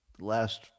last